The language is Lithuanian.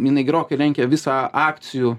jinai gerokai lenkia visą akcijų